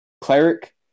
Cleric